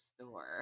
store